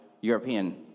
European